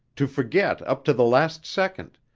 to forget up to the last second,